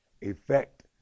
effect